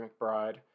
McBride